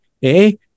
Hey